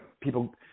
people